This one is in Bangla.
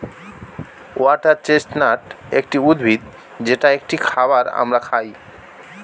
ওয়াটার চেস্টনাট একটি উদ্ভিদ যেটা একটি খাবার আমরা খাই